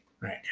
right